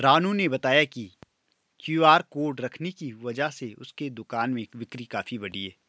रानू ने बताया कि क्यू.आर कोड रखने की वजह से उसके दुकान में बिक्री काफ़ी बढ़ी है